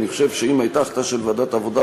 אני חושב שאם הייתה החלטה של ועדת העבודה,